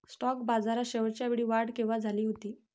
Stock बाजारात शेवटच्या वेळी वाढ केव्हा झाली होती?